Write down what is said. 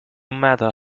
matter